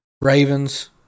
Ravens